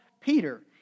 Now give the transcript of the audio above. Peter